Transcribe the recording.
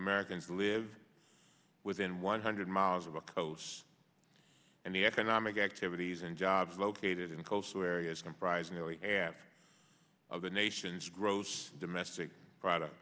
americans live within one hundred miles of the coast and the economic activities and jobs located in coastal areas comprise nearly half of the nation's gross domestic product